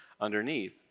underneath